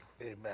Amen